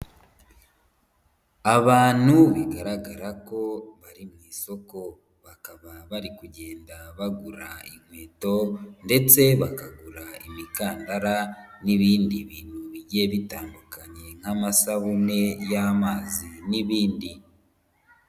Abantu bigaragara ko bari mu isoko, bakaba bari kugenda bagura inkweto, ndetse bakagura imikandara n'ibindi bintu bigiye bitandukanye n'amasabune y'amazi n'ibindi.